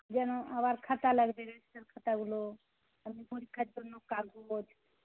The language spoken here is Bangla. যেন আবার খাতা লাগবে খাতাগুলো পরীক্ষার জন্য কাগজ